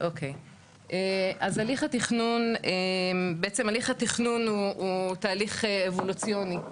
אוקיי אז הליך התכנון בעצם הליך התכנון הוא תהליך אבולוציוני,